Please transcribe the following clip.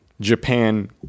Japan